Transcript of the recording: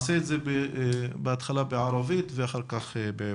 אני אעשה את זה בהתחלה בערבית ואחר כך בעברית.